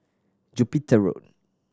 Jupiter Road